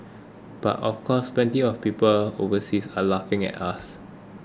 but of course plenty of people overseas are laughing at us